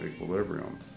equilibrium